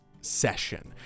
session